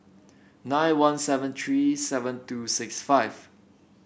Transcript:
nine one seven three seven two six five